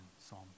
Psalm